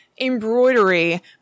embroidery